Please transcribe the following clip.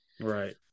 Right